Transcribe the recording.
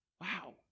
Wow